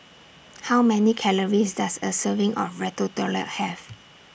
How Many Calories Does A Serving of Ratatouille Have